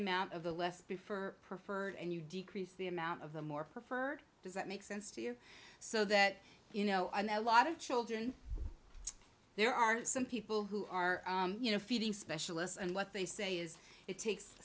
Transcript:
amount of the left for preferred and you decrease the amount of the more preferred does that make sense to you so that you know i know a lot of children there are some people who are you know feeding specialists and what they say is it takes